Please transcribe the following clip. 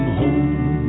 home